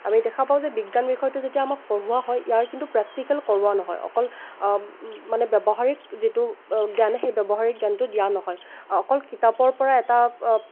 আমি দেখা পাওঁ যে বিজ্ঞান বিষয়টো যেতিয়া আমাক পঢ়োৱা হয় ইয়াৰ কিন্তু প্ৰেক্টিকেল কৰোৱা নহয় অকল মানে ব্যৱহাৰিক যিটো জ্ঞান সেই ব্যৱহাৰিক জ্ঞানটো দিয়া নহয় অকল কিতাপৰ পৰা এটা